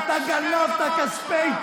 לדברים אחרים הם עושים חרם.